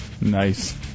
Nice